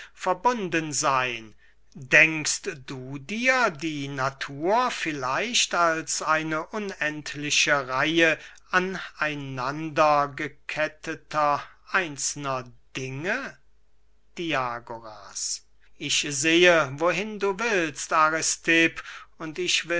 verbunden seyn denkst du dir die natur vielleicht als eine unendliche reihe an einander geketteter einzelner dinge diagoras ich sehe wohin du willst aristipp und ich